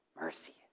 mercy